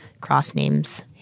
cross-names